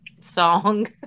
song